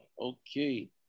Okay